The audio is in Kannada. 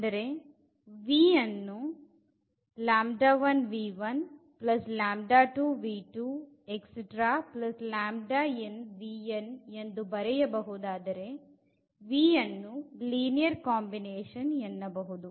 v ಅನ್ನು v ಎಂದು ಬರೆಯಬಹುದಾದರೆ v ಅನ್ನು ಲೀನಿಯರ್ ಕಾಂಬಿನೇಶನ್ ಎನ್ನಬಹುದು